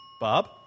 Bob